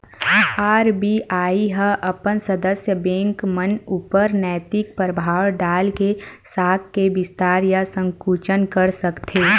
RBI ह अपन सदस्य बेंक मन ऊपर नैतिक परभाव डाल के साख के बिस्तार या संकुचन कर सकथे